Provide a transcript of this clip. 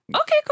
Okay